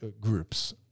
groups